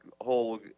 whole